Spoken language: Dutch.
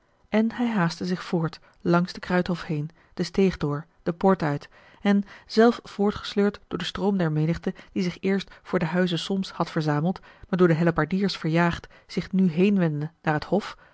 en hij haastte zich voort langs den kruidhof heen de steeg door de poort uit en zelf voortgesleurd door den stroom der menigte die zich eerst voor den huize solms had verzameld maar door de ellebaardiers verjaagd zich nu heenwendde naar t hof